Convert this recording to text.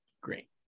great